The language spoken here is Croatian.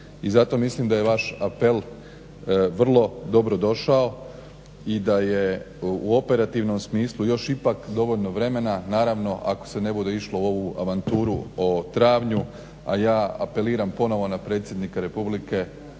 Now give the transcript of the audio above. I zato mislim da je vaš apel vrlo dobro došao i da je u operativnom smislu još ipak dovoljno vremena, naravno ako se ne bude išlo u ovu avanturu o travnju. A ja apeliram ponovno na predsjednika republike